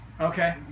Okay